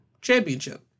championship